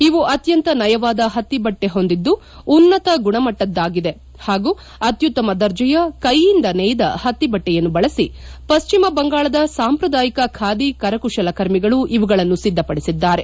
ಇವು ಅತ್ಯಂತ ನಯವಾದ ಹತ್ತಿ ಬಟ್ಟೆ ಮ್ಲಿನ್ ಹೊಂದಿದ್ದು ಉನ್ನತ ಗುಣಮಟ್ಟದ್ದಾಗಿದೆ ಹಾಗೂ ಅತ್ಯುತ್ತಮ ದರ್ಜೆಯ ಕೈಯಿಂದ ನೇಯ್ದ ಹತ್ತಿ ಬಟ್ಟೆಯನ್ನು ಬಳಸಿ ಪಶ್ಚಿಮ ಬಂಗಾಳದ ಸಾಂಪ್ರದಾಯಿಕ ಖಾದಿ ಕರಕುಶಲಕರ್ಮಿಗಳು ಇವುಗಳನ್ನು ಸಿದ್ದಪಡಿಸಿದ್ದಾರೆ